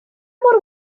mor